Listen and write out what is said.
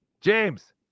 James